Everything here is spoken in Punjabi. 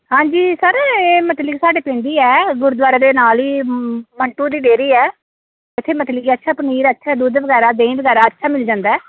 ਹਾਂਜੀ ਸਰ ਇਹ ਮਤਲਬ ਕਿ ਸਾਡੇ ਪਿੰਡ ਹੀ ਹੈ ਗੁਰਦੁਆਰੇ ਦੇ ਨਾਲ ਹੀ ਮੰਟੂ ਦੀ ਡੇਅਰੀ ਹੈ ਇੱਥੇ ਮਤਲਬ ਕਿ ਅੱਛਾ ਪਨੀਰ ਅੱਛਾ ਦੁੱਧ ਵਗੈਰਾ ਦਹੀਂ ਵਗੈਰਾ ਅੱਛਾ ਮਿਲ ਜਾਂਦਾ